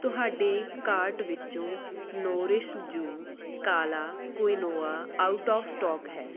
ਤੁਹਾਡੇ ਕਾਰਟ ਵਿੱਚੋਂ Nourish You ਕਾਲਾ ਕੁਇਨੋਆ ਆਊਟ ਔਫ਼ ਸਟੋਕ ਹੈ